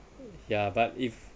yeah but if